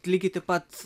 lygiai taip pat